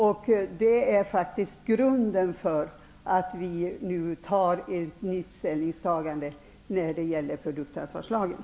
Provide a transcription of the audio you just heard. Det här är grunden för att nu göra ett nytt ställningstagande i fråga om produktansvarslagen.